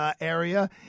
area